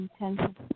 intensive